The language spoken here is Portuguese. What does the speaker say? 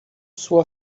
sua